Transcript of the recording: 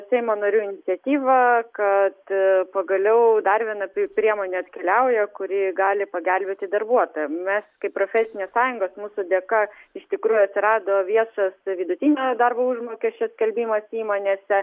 seimo narių iniciatyva kad pagaliau dar viena priemonė atkeliauja kuri gali pagelbėti darbuotojam mes kaip profesinės sąjungos mūsų dėka iš tikrųjų atsirado viešas vidutinio darbo užmokesčio skelbimas įmonėse